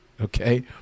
Okay